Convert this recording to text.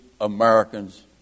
americans